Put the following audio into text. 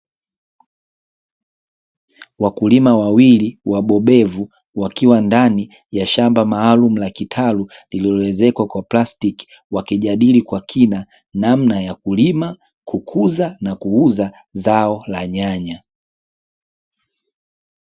Wakulima wawili wabobevu wakiwa ndani ya shamba maalum la kitalu lililoezekwa kwa plastiki wakijadili kwa kina namna ya kulima, kukuza na kuuza zao la nyanya.